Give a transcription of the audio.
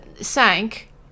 sank